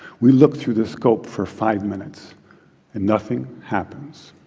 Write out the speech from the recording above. we look through the scope for five minutes, and nothing happens.